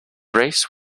race